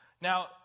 Now